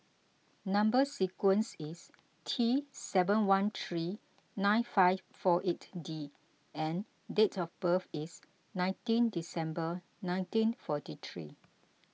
Number Sequence is T seven one three nine five four eight D and date of birth is nineteen December nineteen forty three